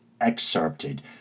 excerpted